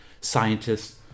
scientists